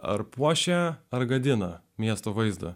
ar puošia ar gadina miesto vaizdą